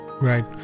Right